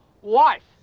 wife